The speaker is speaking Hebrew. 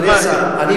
אדוני השר, אני